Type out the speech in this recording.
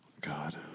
God